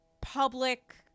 public